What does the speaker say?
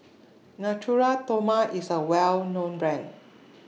Natura Stoma IS A Well known Brand